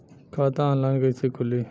खाता ऑनलाइन कइसे खुली?